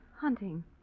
hunting